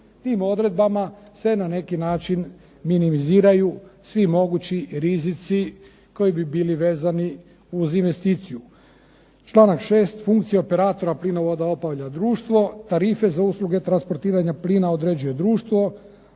Tim odredbama se na neki način minimiziraju svi mogući rizici koji bi bili vezani uz investiciju. Članak 6. funkcije operatora plinovoda obavlja društvo, tarife za usluge transportiranja plina određuje društvo